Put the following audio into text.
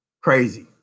crazy